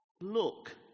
Look